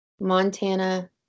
Montana